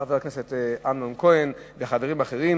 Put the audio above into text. חבר הכנסת אמנון כהן וחברים אחרים.